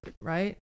right